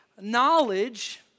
knowledge